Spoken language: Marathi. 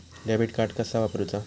डेबिट कार्ड कसा वापरुचा?